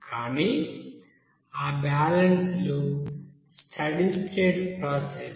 కానీ ఆ బ్యాలెన్సులు స్టడీ స్టేట్ ప్రాసెస్